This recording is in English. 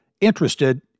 interested